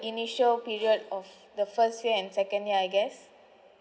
initial period of the first year and second year I guess